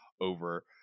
over